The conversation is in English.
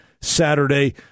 Saturday